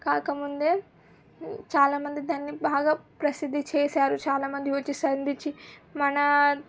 కాకముందే చాలా మంది దాన్ని బాగా ప్రసిద్ది చేసారు చాలా మంది వచ్చి సందర్శించి మన